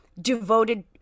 devoted